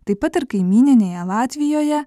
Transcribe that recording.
taip pat ir kaimyninėje latvijoje